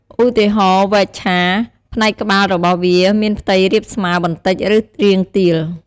ឧទារហណ៍ វែកឆា ផ្នែកក្បាលរបស់វាមានផ្ទៃរាបស្មើបន្តិច ឬរាងទាល។